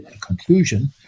conclusion